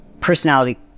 personality